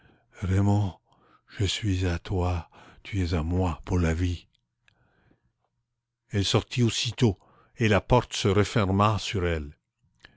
raymond je suis à toi tu es à moi pour la vie elle sortit aussitôt et la porte se referma sur elle